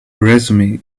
resume